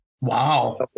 Wow